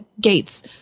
gates